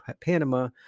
Panama